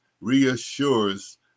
reassures